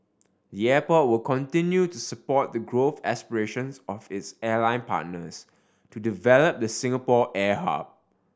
the airport will continue to support the growth aspirations of its airline partners to develop the Singapore air hub